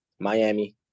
Miami